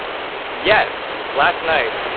yes. last night,